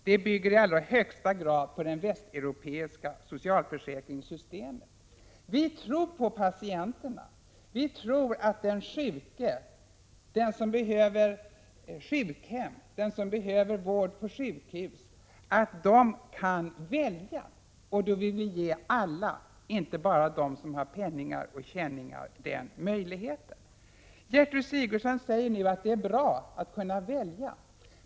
Det bygger i allra högsta grad på det västeuropeiska socialförsäkringssystemet. Vi tror på patienterna. Vi anser att den sjuke som behöver bo på sjukhem eller den som behöver vård på sjukhus skall kunna välja. Vi vill ge alla, inte bara dem som har penningar och känningar, den möjligheten. Gertrud Sigurdsen säger nu att det är bra att kunna välja.